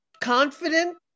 confident